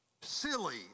silly